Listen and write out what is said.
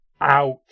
Ouch